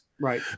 Right